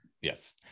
yes